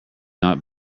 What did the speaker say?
not